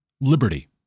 Liberty